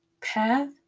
path